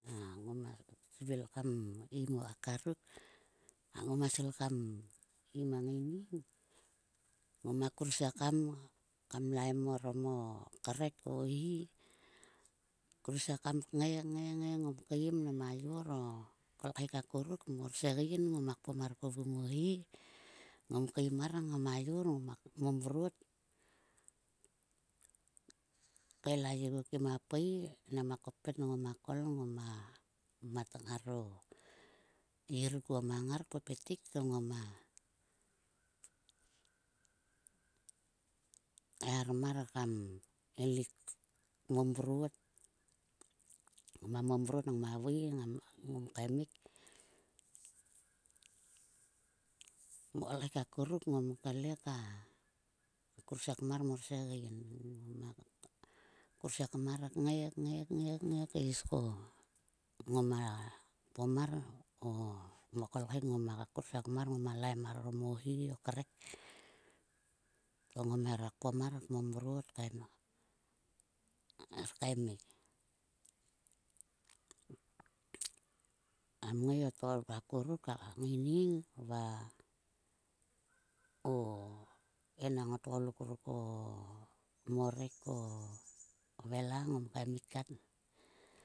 A ngoma svil kam um o kakaruk, a ngoma svul kam im a ngaining. Ngoma kursiekam kam laim orom o krek, o hi kursiekam kngai ngai kaim nama yo o. Kolkhek akuruk, morsegein ngoma kpom kuo vo hi o. Ngom keim mar ngama yor ngoma momrot. Kael a ye oguo va pai nama koppet ngoma kol, ngoma matmat ngaro yir kuo mang ngar pepet tik to ngoma kaeharmar kam eluk. Momrot, ngoma momrot ngama vui ngom kaemik. Mo kol khek akuruk ngomkle ka kusiekmar morsiegein. Ngoma kursiekam mar kngai ngai ngai. Kai ko ngoma kpom mar o mo kol khek ngoma kursiek mar ngoma lain mar orom o hi o krek. To ngom her a kpom mar mamrot her kae kaemik. Kam ngai o tguluk akuruk a ngaining va o enang o tgoluk ruk o morek o vela ngom kaimik.